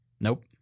Nope